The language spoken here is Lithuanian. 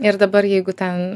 ir dabar jeigu ten